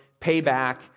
Payback